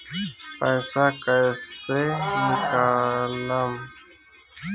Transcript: पैसा कैसे निकालम?